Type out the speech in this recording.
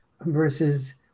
versus